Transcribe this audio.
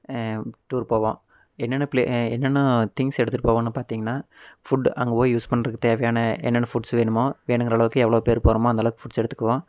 tour போவோம் என்னென்ன பிளே என்னென்ன திங்ஸ் எடுத்துகிட்டு போவோம்னு பார்த்தீங்கன்னா ஃபுட் அங்கே போய் யூஸ் பண்ணுறக்கு தேவையான என்னென்ன ஃபுட்ஸ் வேணுமோ வேணுங்கிற அளவுக்கு எவ்வளோ பேர் போகறோமோ அந்த அளவுக்கு ஃபுட்ஸ் எடுத்துக்குவோம்